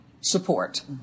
support